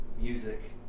music